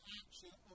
action